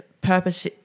purpose